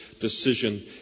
decision